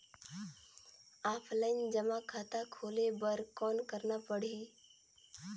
Offline जमा खाता खोले बर कौन करना पड़ही?